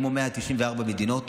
כמו 194 מדינות.